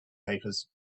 papers